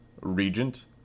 Regent